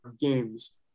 games